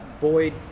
Boyd